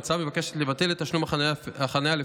ההצעה מבקשת לבטל את תשלום החניה לפי